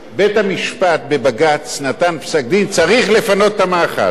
בית-המשפט בבג"ץ נתן פסק-דין: צריך לפנות את המאחז.